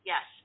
Yes